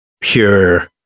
pure